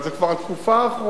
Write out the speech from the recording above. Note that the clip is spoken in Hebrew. אבל זו כבר התקופה האחרונה,